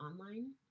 online